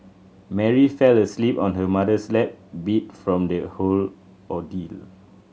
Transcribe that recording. Mary fell asleep on her mother's lap beat from the whole ordeal